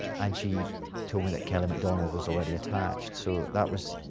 and she told me that kelly macdonald was already attached. so, that was,